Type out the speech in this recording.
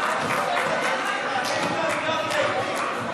שיפוצים, התשע"ט 2018,